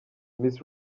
miss